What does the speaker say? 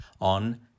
on